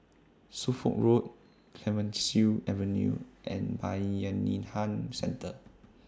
Suffolk Road Clemenceau Avenue and Bayanihan Centre